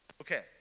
Okay